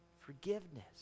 forgiveness